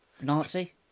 Nazi